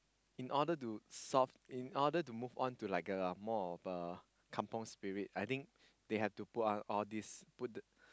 in order to solve in order to move on to like a more of a kampung spirit I think they have to put up all these put the